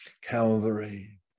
Calvary